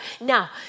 now